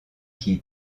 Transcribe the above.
qui